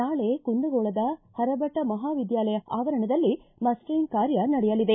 ನಾಳೆ ಕುಂದಗೋಳದ ಹರಭಟ್ಟ ಮಹಾವಿದ್ಯಾಲಯ ಆವರಣದಲ್ಲಿ ಮಸ್ವರಿಂಗ್ ಕಾರ್ಯ ನಡೆಯಲಿದೆ